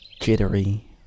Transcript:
jittery